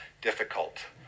difficult